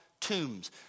tombs